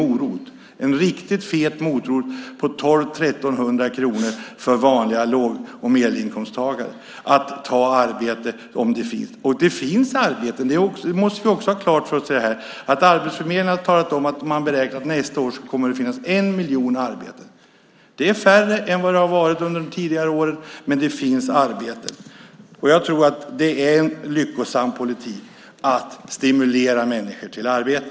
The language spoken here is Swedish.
Det är en riktigt fet morot på 1 200-1 300 kronor för vanliga låg och medelinkomsttagare att ta arbete, om det finns. Och det finns arbeten. Det måste vi också ha klart för oss. Arbetsförmedlingen har sagt att de beräknar att det nästa år kommer att finnas en miljon arbeten. Det är färre än under tidigare år, men det finns arbeten. Jag tror att det är en lyckosam politik att stimulera människor till arbete.